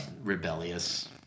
rebellious